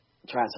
transfer